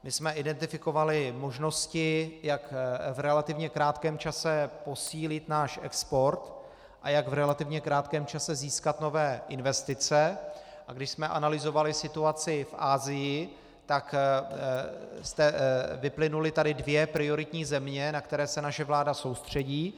My jsme identifikovali možnosti, jak v relativně krátkém čase posílit náš export a jak v relativně krátkém čase získat nové investice, a když jsme analyzovali situaci v Asii, tak vyplynuly tady dvě prioritní země, na které se naše vláda soustředí.